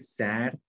sad